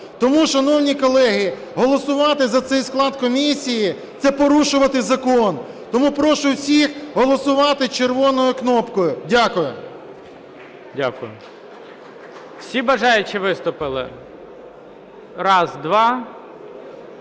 Тому, шановні колеги, голосувати за цей склад комісії – це порушувати закон. Тому прошу всіх голосувати червоною кнопкою. Дякую.